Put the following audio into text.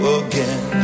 again